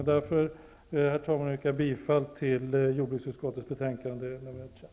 Därför, herr talman, yrkar jag bifall till utskottets hemställan i jordbruksutskottet betänkande nr 13.